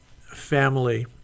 family